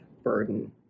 burden